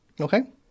Okay